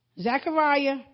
Zechariah